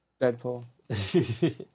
Deadpool